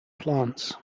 plants